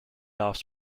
offs